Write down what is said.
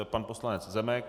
Pan poslanec Zemek?